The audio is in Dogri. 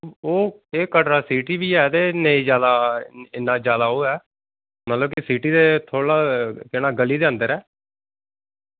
ते एह् कटरा सिटी बी ऐ ते नेईं जादा इन्ना जादा ओह् ऐ मतलब सिटी दे थोह्ड़ा केह् नांऽ गली दे अंदर ऐ